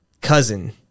cousin